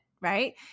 right